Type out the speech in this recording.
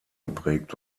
geprägt